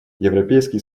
европейский